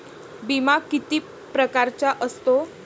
बिमा किती परकारचा असतो?